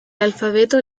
alfabeto